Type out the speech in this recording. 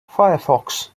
firefox